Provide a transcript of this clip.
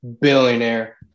Billionaire